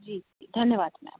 जी धन्यवाद मैम